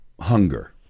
hunger